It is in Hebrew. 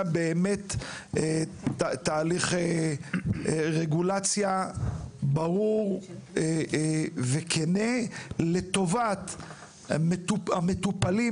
תהליך רגולציה ברור וכנה לטובת המטופלים,